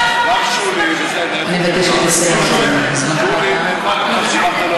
אני מבקשת לסיים, כי זמנך תם.